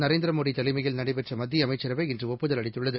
நரேந்திரமோடிதலைமையில் நடைபெற்றமத்தியஅமைச்சரவை இன்றுஒப்புதல் அளித்துள்ளது